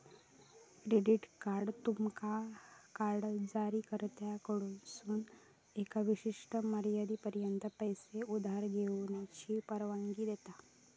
credit card तुमका card जारीकर्त्याकडसून एका विशिष्ट मर्यादेपर्यंत पैसो उधार घेऊची परवानगी देता